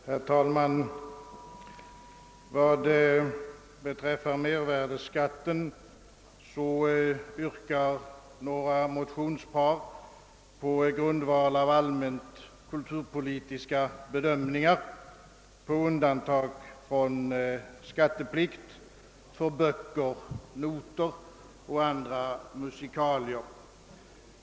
Herr talman! Beträffande mervärdeskatten yrkas det i några motionspar på grundval av allmänt kulturpolitiska bedömningar, att undantag från skatteplikt skall göras för böcker, noter och andra musikalier.